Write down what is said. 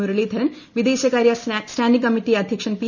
മുരളീധരൻ വിദേശകാര്യ standing committee അധ്യക്ഷൻ P